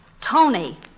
Tony